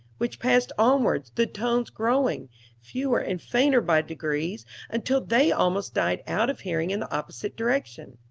which passed onwards, the tones growing fewer and fainter by degrees until they almost died out of hearing in the opposite direction.